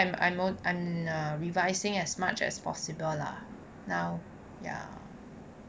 I'm err revising as much as possible lah now ya